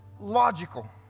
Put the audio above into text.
logical